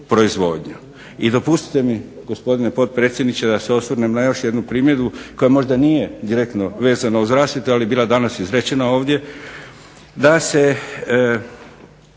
I dopustite mi, gospodine potpredsjedniče, da se osvrnem na još jednu primjedbu, koja možda nije direktno vezana uz rasvjetu, ali je bila danas izrečena ovdje, da se